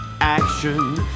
Action